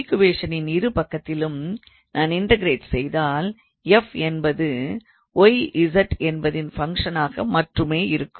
ஈக்குவேஷனின் இரு பக்கத்திலும் நான் இன்டகரேட் செய்தால் f என்பது y z என்பதின் ஃபங்க்ஷனாக மட்டுமே இருக்கும்